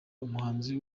umuhanzi